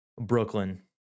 Brooklyn